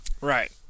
Right